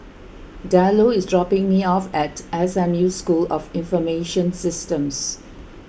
Diallo is dropping me off at S M U School of Information Systems